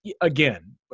again